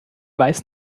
weiß